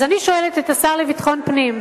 אז אני שואלת את השר לביטחון פנים: